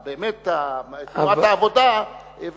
באמת תנועת העבודה.